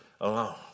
alone